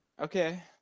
Okay